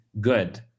good